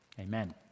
Amen